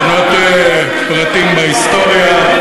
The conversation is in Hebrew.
ולשנות פרטים בהיסטוריה.